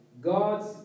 God's